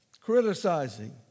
criticizing